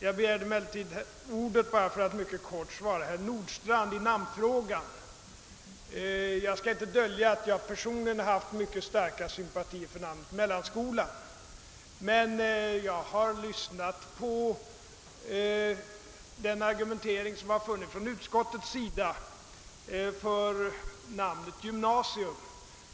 Jag har begärt ordet bara för att mycket kort svara herr Nordstrandh i namnfrågan. Jag skall inte dölja att jag personligen har haft starka sympatier för namnet »mellanskola«, men jag har lyssnat på den argumentering som utskottet har fört för namnet »gymnasium«.